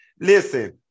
listen